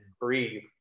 breathe